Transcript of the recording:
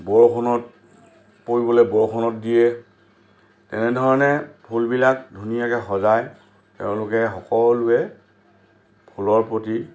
বৰষুণত পৰিবলৈ বৰষুণত দিয়ে এনেধৰণে ফুলবিলাক ধুনীয়াকৈ সজায় তেওঁলোকে সকলোৱে ফুলৰ প্ৰতি